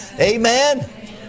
Amen